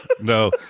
no